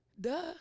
Duh